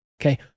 Okay